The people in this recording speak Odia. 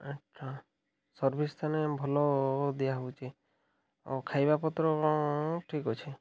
ଆଚ୍ଛା ସର୍ଭିସ୍ ତାହେଲେ ଭଲ ଦିଆହେଉଛି ଆଉ ଖାଇବାପତ୍ର ଠିକ୍ ଅଛି